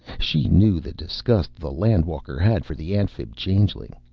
she knew the disgust the land-walker had for the amphib-changeling,